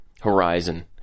horizon